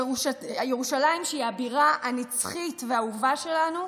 ירושלים, שהיא הבירה הנצחית והאהובה שלנו,